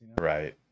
right